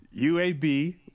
UAB